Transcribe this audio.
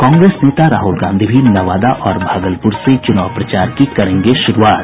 कांग्रेस नेता राहुल गांधी भी नवादा और भागलपुर से चुनाव प्रचार की करेंगे शुरूआत